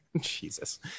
Jesus